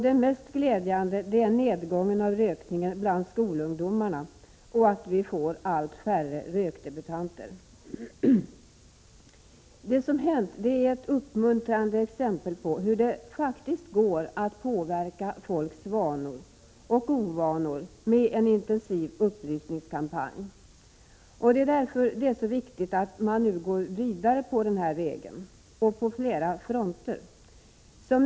Det mest glädjande är att den minskat bland skolungdomarna och att vi får allt färre rökdebutanter. Det som har hänt är ett uppmuntrande exempel på att det faktiskt går att påverka folks vanor — och ovanor — med en intensiv upplysningskampanj. Det är därför viktigt att man går vidare på den vägen på flera fronter.